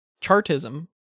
Chartism